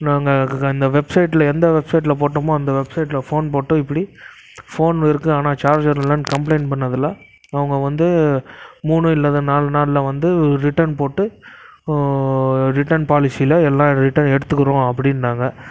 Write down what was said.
நாங்கள் அந்த வெப்சைட்டில் எந்த வெப்சைட்டில் போட்டோமோ அந்த வெப்சைட்டில் ஃபோன் போட்டு இப்படி ஃபோன் இருக்கு ஆனால் சார்ஜர் இல்லைன்னு கம்ப்ளைன்ட் பண்ணதில் அவங்க வந்து மூணு இல்லது நால் நாளில் வந்து ரிட்டர்ன் போட்டு ரிட்டர்ன் பாலிசியில எல்லாம் ரிட்டர்ன் எடுத்துக்கிறோம் அப்படின்னாங்க